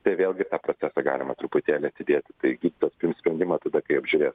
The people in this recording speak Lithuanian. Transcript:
tai vėlgi tą procesą galima truputėlį atidėti taigi tokių sprendimų atiduot kai apžiūrės